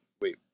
Wait